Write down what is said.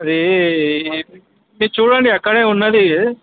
అదీ మీరు చూడండి అక్కడే ఉంది